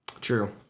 True